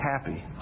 happy